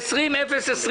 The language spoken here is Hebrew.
הודעה 20-029